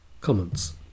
Comments